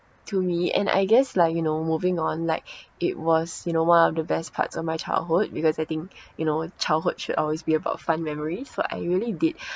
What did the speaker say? to me and I guess like you know moving on like it was you know one of the best parts of my childhood because I think you know childhood should always be about fun memories so I really did